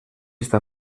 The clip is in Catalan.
està